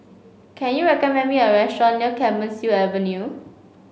can you recommend me a restaurant near Clemenceau Avenue